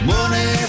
Money